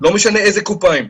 לא משנה איזו קופה הם.